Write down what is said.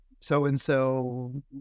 so-and-so